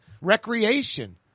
recreation